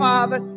Father